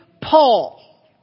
Paul